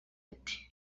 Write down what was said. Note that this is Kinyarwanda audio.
ati